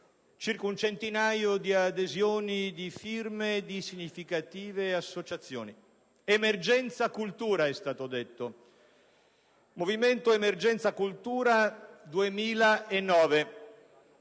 circa un centinaio di adesioni e di firme da parte di significative associazioni. Emergenza cultura, è stato detto; Movimento emergenza cultura 2009: